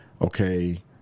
okay